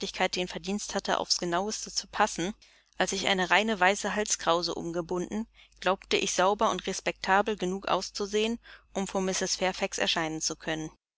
das verdienst hatte aufs genauste zu passen als ich eine reine weiße halskrause umgebunden glaubte ich sauber und respektabel genug auszusehen um vor mrs fairfax erscheinen zu können